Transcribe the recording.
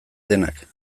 denak